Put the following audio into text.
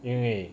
因为